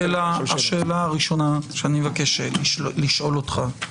השאלה הראשונה שאני מבקש לשאול אותך.